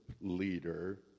leader